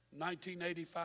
1985